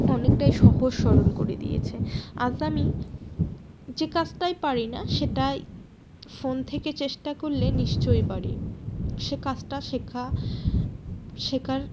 অনেকটাই সহজ সরল করে দিয়েছে আজ আমি যে কাজটাই পারি না সেটাই ফোন থেকে চেষ্টা করলে নিশ্চয় পারি সে কাজটা শেখা শেখার